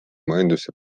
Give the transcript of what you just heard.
majanduse